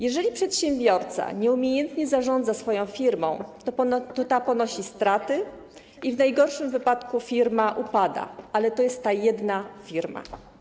Jeżeli przedsiębiorca nieumiejętnie zarządza swoją firmą, to ta ponosi straty i w najgorszym wypadku firma upada, ale to jest ta jedna firma.